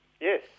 Yes